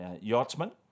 yachtsman